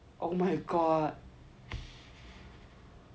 oh my god